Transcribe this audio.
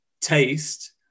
taste